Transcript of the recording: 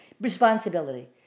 responsibility